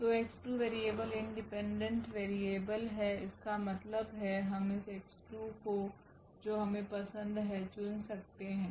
तो x2 variable independent variable है इसका मतलब है हम इस x2 को जो हमें पसंद है चुन सकते हैं